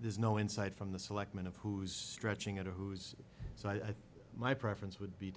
there's no insight from the selectmen of who's stretching it a who's so i think my preference would be